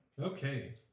Okay